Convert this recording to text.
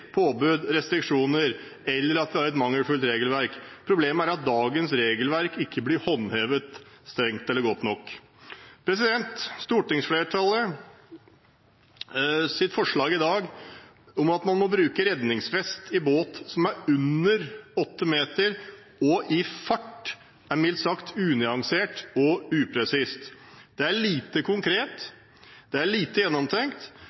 og restriksjoner, eller at vi har et mangelfullt regelverk. Problemet er at dagens regelverk ikke blir håndhevet strengt nok eller godt nok. Stortingsflertallets forslag i dag om at man må bruke redningsvest i båt som er under åtte meter og i fart, er mildt sagt unyansert og upresist. Det er lite konkret, det er lite gjennomtenkt,